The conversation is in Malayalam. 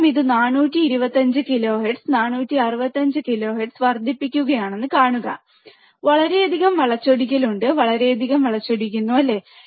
അദ്ദേഹം ഇത് 425 കിലോഹെർട്സ് 465 കിലോഹെർട്സ് വർദ്ധിപ്പിക്കുകയാണെന്ന് കാണുക വളരെയധികം വളച്ചൊടിക്കൽ ഉണ്ട് വളരെയധികം വളച്ചൊടിക്കുന്നു അല്ലേ